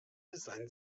seien